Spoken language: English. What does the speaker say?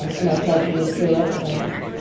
and i started to read through it, and